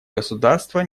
государства